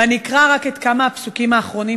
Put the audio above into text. ואני אקרא רק כמה מהפסוקים האחרונים,